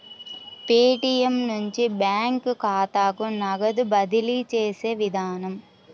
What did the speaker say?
Paytm నుంచి bank ఖాతాకు నగదు బదిలీ చేసే విధానం